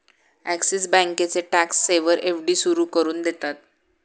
axis बँकेचे tax saver FD सुरू करून देतात